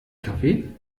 kaffee